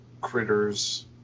critters